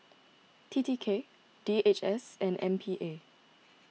T T K D H S and M P A